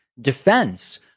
defense